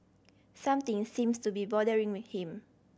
something seems to be bothering him